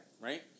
right